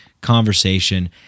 conversation